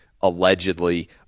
allegedly